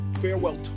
farewell